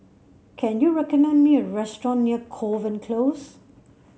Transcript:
can you recommend me a restaurant near Kovan Close